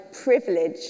privilege